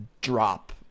drop